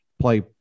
play